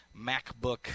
MacBook